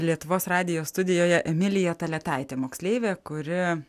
lietuvos radijo studijoje emilija taletaitė moksleivė kuri